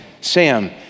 Sam